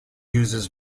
uses